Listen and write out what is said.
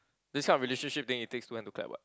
this kind of relationship then it takes two hand to clap [what]